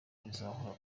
bizahora